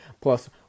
plus